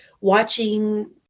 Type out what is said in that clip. watching